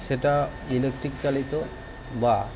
সেটা ইলেকট্রিক চালিত বা